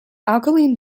alkaline